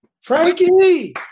Frankie